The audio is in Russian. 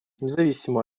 независимо